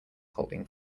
holding